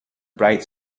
bright